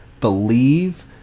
believe